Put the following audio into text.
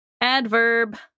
Adverb